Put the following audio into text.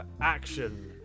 action